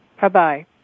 Bye-bye